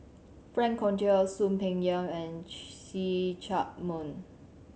Frank Cloutier Soon Peng Yam and See Chak Mun